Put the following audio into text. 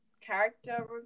character